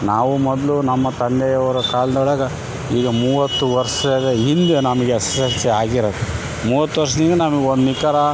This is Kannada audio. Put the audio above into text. ನಾವು ಮೊದಲು ನಮ್ಮ ತಂದೆಯವರ ಕಾಲದೊಳಗೆ ಈಗ ಮೂವತ್ತು ವರ್ಷದ ಹಿಂದೆ ನಮಗೆ ಎಸ್ ಎಲ್ ಸಿ ಆಗಿರೋದು ಮೂವತ್ತು ವರ್ಷದಿಂದ ನಾನು ಒಂದು ನಕಾರ